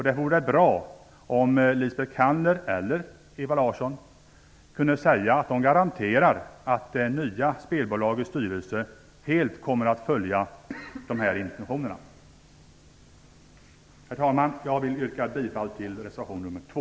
Det vore bra om Lisbet Calner eller Ewa Larsson kunde säga att de garanterar att det nya spelbolagets styrelse helt kommer att följa dessa intentioner. Herr talman! Jag yrkar bifall till reservation nr 2.